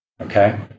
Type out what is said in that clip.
Okay